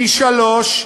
פי-שלושה,